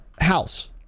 house